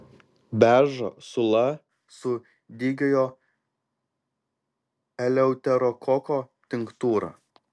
beržo sula su dygiojo eleuterokoko tinktūra